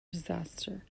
disaster